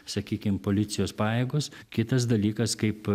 sakykim policijos pajėgos kitas dalykas kaip